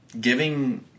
giving